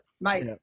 mate